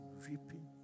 weeping